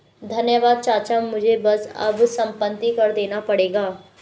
धन्यवाद चाचा मुझे बस अब संपत्ति कर देना पड़ेगा